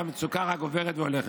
והמצוקה רק הולכת וגוברת.